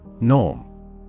Norm